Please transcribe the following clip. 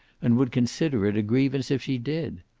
and would consider it a grievance if she did.